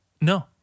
No